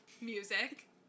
music